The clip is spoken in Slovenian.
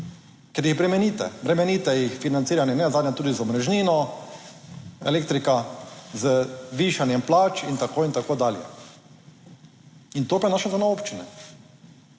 ker jih bremenite, bremenite jih financiranje nenazadnje tudi z omrežnino, elektrika, z višanjem plač in tako in tako dalje. In to prenašate na občine,